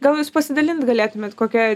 gal jūs pasidalint galėtumėt kokia